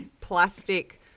plastic